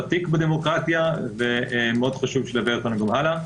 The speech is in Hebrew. דרך ותיקה בדמוקרטיה וחשוב שתלווה אותנו הלאה.